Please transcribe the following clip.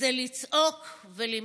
זה לצעוק ולמחות.